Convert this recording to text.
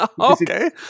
Okay